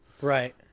right